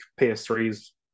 PS3's